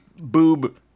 boob